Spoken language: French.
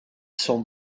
sont